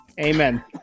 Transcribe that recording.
Amen